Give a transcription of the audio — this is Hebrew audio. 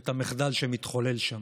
ואת המחדל שמתחולל שם.